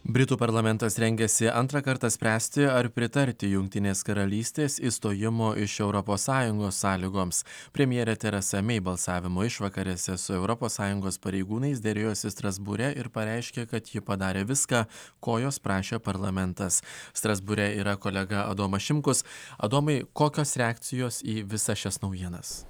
britų parlamentas rengiasi antrą kartą spręsti ar pritarti jungtinės karalystės išstojimo iš europos sąjungos sąlygoms premjerė teresa mei balsavimo išvakarėse su europos sąjungos pareigūnais derėjosi strasbūre ir pareiškė kad ji padarė viską ko jos prašė parlamentas strasbūre yra kolega adomas šimkus adomai kokios reakcijos į visas šias naujienas